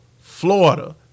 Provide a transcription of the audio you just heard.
Florida